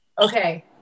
Okay